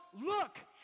look